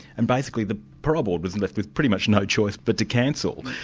and basically the parole board was left with pretty much no choice but to cancel.